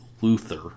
Luther